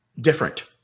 different